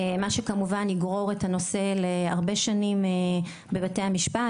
מה שכמובן יגרור את הנושא להרבה שנים בבתי המשפט,